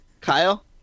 Kyle